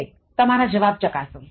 હવે તમારા જવાબ ચકાસો